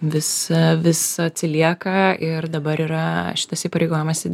visa visa atsilieka ir dabar yra šitas įpareigojimas į